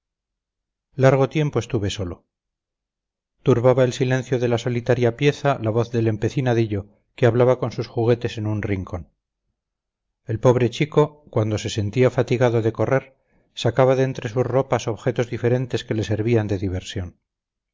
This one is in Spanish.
largo tiempo estuve solo turbaba el silencio de la solitaria pieza la voz del empecinadillo que hablaba con sus juguetes en un rincón el pobre chico cuando se sentía fatigado de correr sacaba de entre sus ropas objetos diferentes que le servían de diversión